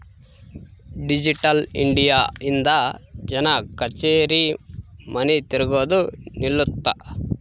digital India ಇಂದ ಜನ ಕಛೇರಿ ಮನಿ ತಿರ್ಗದು ನಿಲ್ಲುತ್ತ